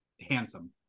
handsome